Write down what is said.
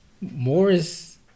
Morris